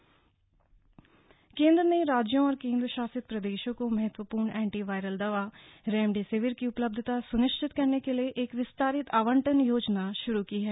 remdesivir दवा केंद्र ने राज्यों और केंद्रशासित प्रदेशों को महत्वपूर्ण एंटी वायरल दवा रेमडेसिवर की उपलब्धता सुनिश्चित करने के लिए एक विस्तारित आवंटन योजना शुरू की है